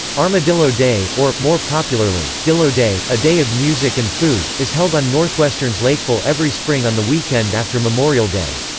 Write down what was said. armadillo day, or, more popularly, dillo day, a day of music and food, is held on northwestern's lakefill every spring on the weekend after memorial day.